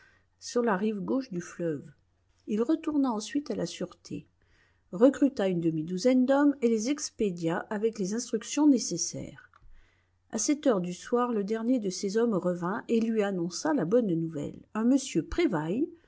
sur la rive gauche du fleuve il retourna ensuite à la sûreté recruta une demi-douzaine d'hommes et les expédia avec les instructions nécessaires à sept heures du soir le dernier de ces hommes revint et lui annonça la bonne nouvelle un monsieur